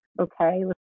Okay